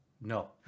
No